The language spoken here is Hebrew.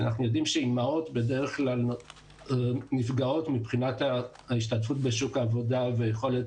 אנחנו יודעים שאימהות בדרך כלל נפגעות מבחינת ההשתתפות בשוק העבודה ויכולת